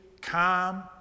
calm